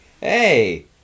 hey